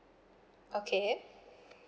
okay